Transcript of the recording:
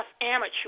amateur